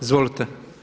Izvolite.